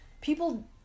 People